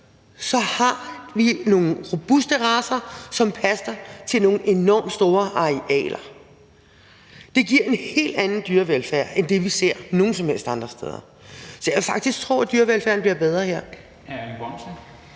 så har vi nogle robuste racer, som passer til nogle enormt store arealer. Det giver en helt anden dyrevelfærd end den, vi ser nogen som helst andre steder. Så jeg vil faktisk tro, at dyrevelfærden bliver bedre her.